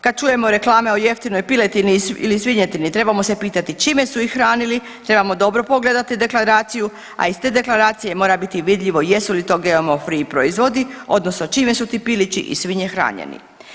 Kad čujemo reklame o jeftinoj piletini ili svinjetini trebamo se pitati čime su ih hranili, trebamo dobro pogledati deklaraciju, a iz te deklaracije mora biti vidljivo jesu li to GMO free proizvodi, odnosno čime su ti pilići i svinje hranjeni.